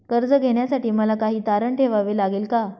कर्ज घेण्यासाठी मला काही तारण ठेवावे लागेल का?